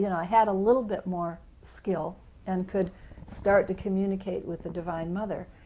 you know i had a little bit more skill and could start to communicate with the divine mother